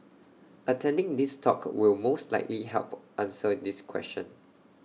attending this talk will most likely help answer this question